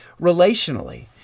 relationally